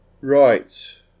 Right